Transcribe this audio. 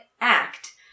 act